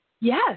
Yes